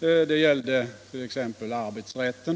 Det gällde t.ex. arbetsrätten.